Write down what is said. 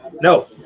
no